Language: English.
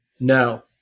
No